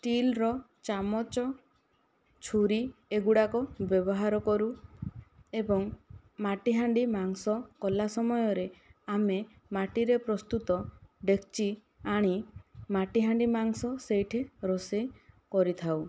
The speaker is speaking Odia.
ଷ୍ଟିଲ ର ଚାମଚ ଛୁରୀ ଏଗୁଡ଼ିକ ବ୍ୟବହାର କରୁ ଏବଂ ମାଟି ହାଣ୍ଡି ମାଂସ କଲା ସମୟ ରେ ଆମେ ମାଟି ରେ ପ୍ରସ୍ତୁତ ଡେକ୍ଚି ଆଣି ମାଟିହାଣ୍ଡି ମାଂସ ସେଇଠି ରୋଷେଇ କରିଥାଉ